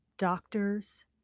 doctors